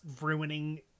ruining